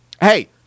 Hey